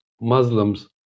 muslims